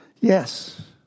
Yes